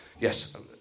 yes